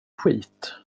skit